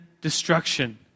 destruction